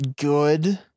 good